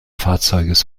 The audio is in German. fahrzeugs